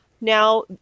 Now